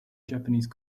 japanese